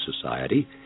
Society